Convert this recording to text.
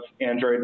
Android